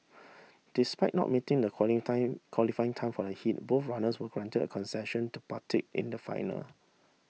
despite not meeting the time qualifying time for the heat both runners were granted a concession to partake in the final